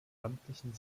amtlichen